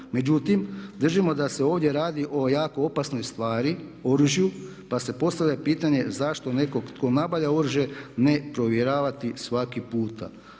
Međutim, držimo da se ovdje radi o jako opasnoj stvari, oružju, pa se postavlja pitanje zašto nekog tko nabavlja oružje ne provjeravati svaki puta?